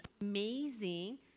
amazing